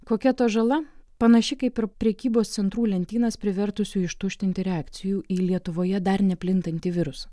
kokia ta žala panaši kaip ir prekybos centrų lentynas privertusių ištuštinti reakcijų į lietuvoje dar neplintantį virusą